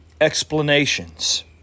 explanations